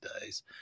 days